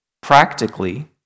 practically